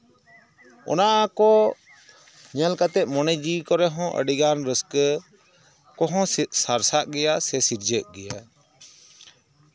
ᱚᱱᱟ ᱠᱚ ᱧᱮᱞ ᱠᱟᱛᱮ ᱢᱚᱱᱮ ᱡᱤᱣᱤ ᱠᱚᱨᱮ ᱦᱚᱸ ᱟᱹᱰᱤᱜᱟᱱ ᱨᱟᱹᱥᱠᱟᱹ ᱠᱚᱦᱚᱸ ᱥᱟᱨᱥᱟᱜ ᱜᱮᱭᱟ ᱥᱮ ᱥᱤᱨᱡᱟᱹᱜ ᱜᱮᱭᱟ